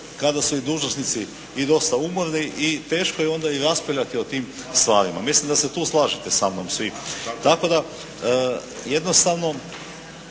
kada su i dužnosnici i dosta umorni i teško je onda i raspravljati o tim stvarima. Mislim da se tu slažete samnom svi. Tako da jednostavno